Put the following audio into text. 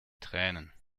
tränen